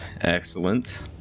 Excellent